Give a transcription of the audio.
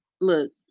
Look